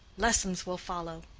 lessons will follow.